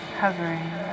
hovering